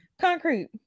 Concrete